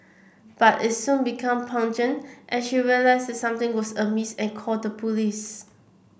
but it soon became pungent and she realised that something was amiss and called the police